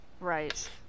right